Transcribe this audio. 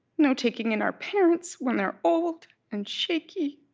no taking in our parents when they're old and shaky,